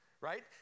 Right